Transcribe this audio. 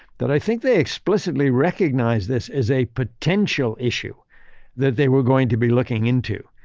that i think they explicitly recognize this as a potential issue that they were going to be looking into.